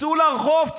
תצאו לרחוב,